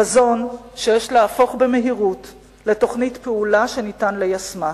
חזון שיש להפוך במהירות לתוכנית פעולה שניתן ליישמה.